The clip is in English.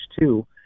Two